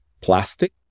plastic